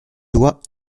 doigt